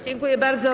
Dziękuję bardzo.